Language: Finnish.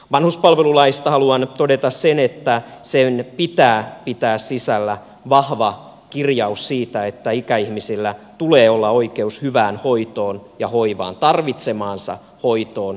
vanhuspalvelulaista haluan todeta sen että sen pitää pitää sisällään vahva kirjaus siitä että ikäihmisillä tulee olla oikeus hyvään hoitoon ja hoivaan tarvitsemaansa hoitoon ja hoivaan